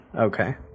Okay